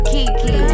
Kiki